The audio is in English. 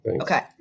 Okay